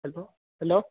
hello hello